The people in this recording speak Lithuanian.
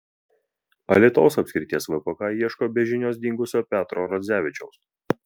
alytaus apskrities vpk ieško be žinios dingusio petro radzevičiaus